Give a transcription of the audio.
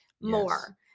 more